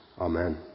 Amen